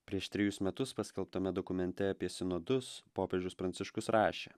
prieš trejus metus paskelbtame dokumente apie sinodus popiežius pranciškus rašė